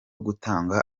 gutanga